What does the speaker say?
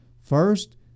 First